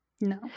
no